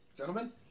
gentlemen